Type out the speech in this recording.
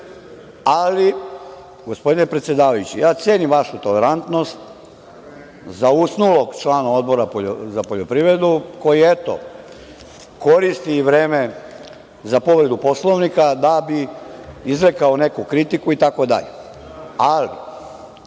nemaju. Gospodine predsedavajući, cenim vašu tolerantnost za usnulog člana Odbora za poljoprivredu, koji koristi i vreme za povredu Poslovnika da bi izrekao neku kritiku itd,